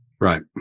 Right